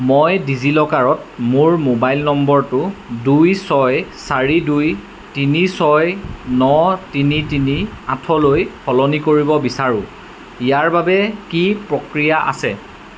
মই ডিজি লকাৰত মোৰ মোবাইল নম্বৰটো দুই ছয় চাৰি দুই তিনি ছয় ন তিনি তিনি আঠলৈ সলনি কৰিব বিচাৰোঁ ইয়াৰ বাবে কি প্ৰক্ৰিয়া আছে